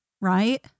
right